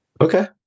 okay